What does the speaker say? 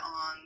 on